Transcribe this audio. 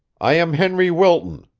i am henry wilton,